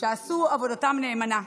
שעשו עבודתם נאמנה.